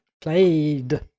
Played